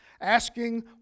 asking